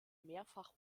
mehrfach